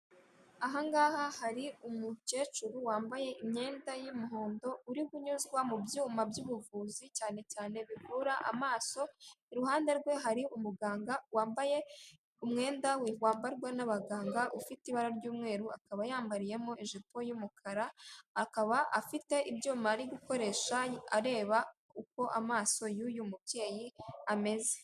Ahangaha hari umukecuru wambaye imyenda y'umuhondo uri kunyuzwa mu byuma by'ubuvuzi cyane cyane bikura amaso, iruhande rwe hari umuganga wambaye umwenda wambarwa n'abaganga ufite ibara ry'umweru akaba yambariyemo ijipo y'umukara, akaba afite ibyuma ari gukoresha areba uko amaso y'uyu mubyeyi ameze.